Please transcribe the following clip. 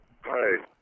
Hi